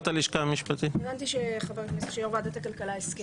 ההמלצה של הלשכה המשפטית לוועדת הכלכלה.